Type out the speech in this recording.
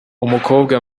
umukobwa